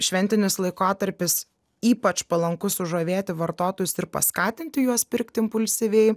šventinis laikotarpis ypač palankus sužavėti vartotojus ir paskatinti juos pirkti impulsyviai